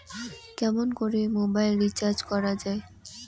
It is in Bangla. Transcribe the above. কেমন করে মোবাইল রিচার্জ করা য়ায়?